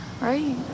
right